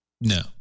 No